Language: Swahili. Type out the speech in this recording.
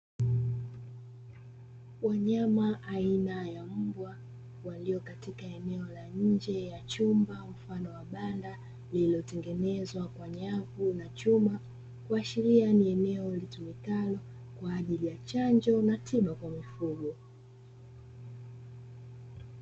Wanyama aina ya mbwa waliyo katika eneo la nje ya chumba, mfano wa banda lililotengenezwa kwa nyavu na chuma, kuashiria ni eneo litumikalo kwa ajili ya chanjo na tiba kwa mifugo.